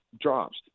drops